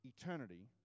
eternity